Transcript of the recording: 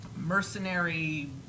mercenary